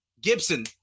Gibson